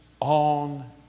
on